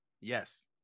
Yes